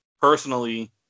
personally